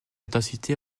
intensité